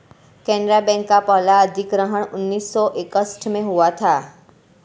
Canara bank का पहला अधिग्रहण उन्नीस सौ इकसठ में हुआ था